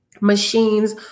machines